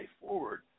forward